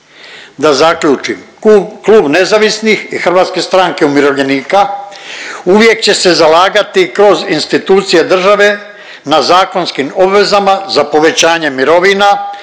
Da zaključnim, Klub nezavisnih i HSU-a uvijek će se zalagati kroz institucije države na zakonskim obvezama za povećanje mirovina,